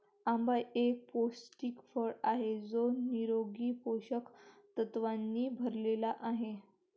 आंबा एक पौष्टिक फळ आहे जो निरोगी पोषक तत्वांनी भरलेला आहे